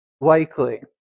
likely